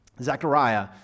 Zechariah